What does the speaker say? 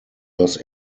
los